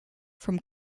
from